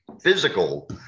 physical